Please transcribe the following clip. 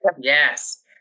yes